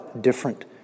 different